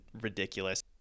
ridiculous